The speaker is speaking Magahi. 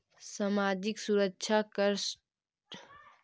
सामाजिक सुरक्षा कर चुकाने से आम लोगों को क्या फायदा होतइ